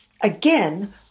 again